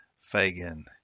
Fagan